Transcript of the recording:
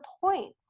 point